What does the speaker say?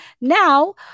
Now